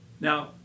Now